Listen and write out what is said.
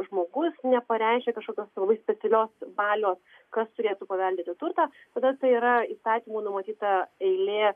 žmogus nepareiškė kažkokios labai specialios valios kas turėtų paveldėti turtą tada tai yra įstatymų numatyta eilė